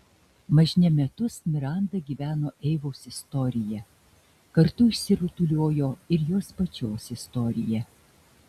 mažne metus miranda gyveno eivos istorija kartu išsirutuliojo ir jos pačios istorija